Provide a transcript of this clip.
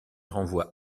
renvoie